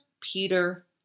Peter